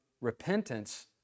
repentance